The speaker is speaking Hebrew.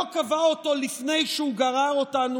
הוא לא קבע אותו לפני שהוא גרר אותנו